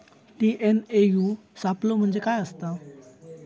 TNAU सापलो म्हणजे काय असतां?